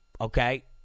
Okay